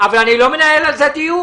--- אבל אני לא מנהל על זה דיון.